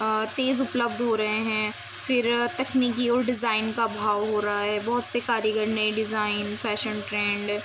تیز اپلبدھ ہو رہے ہیں پھر تکنیکی اور ڈیزائن کا بھاؤ ہو رہا ہے بہت سے کاریگر نئے ڈیزائن فیشن ٹرینڈ